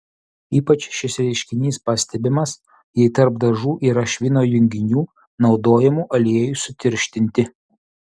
ypač šis reiškinys pastebimas jei tarp dažų yra švino junginių naudojamų aliejui sutirštinti